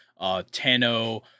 Tano